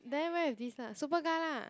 then wear with this lah Superga lah